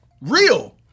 real